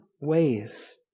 ways